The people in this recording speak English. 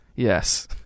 Yes